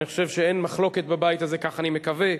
אני חושב שאין מחלוקת בבית הזה, כך אני מקווה,